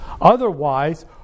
Otherwise